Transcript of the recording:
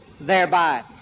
thereby